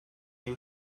you